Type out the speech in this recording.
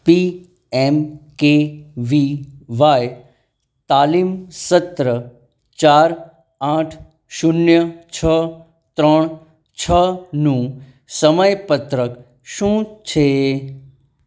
પી M K V Y તાલીમ સત્ર ચાર આઠ શૂન્ય છ ત્રણ છનું સમયપત્રક શું છે